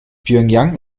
pjöngjang